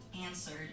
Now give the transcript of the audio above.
answered